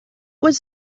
was